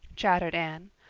chattered anne,